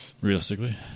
Realistically